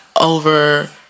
over